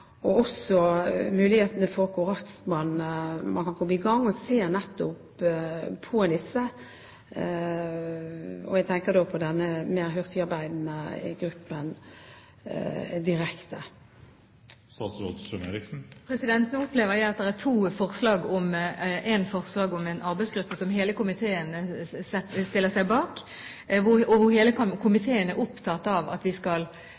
mulighetene for at man raskt kan komme i gang og se nettopp på disse – jeg tenker da på denne mer hurtigarbeidende gruppen. Nå opplever jeg at det her er et forslag om en arbeidsgruppe som hele komiteen stiller seg bak, og hvor hele komiteen er opptatt av at vi skal